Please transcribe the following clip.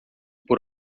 por